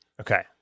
Okay